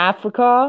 Africa